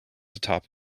atop